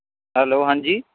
hello ਹਾਂਜੀ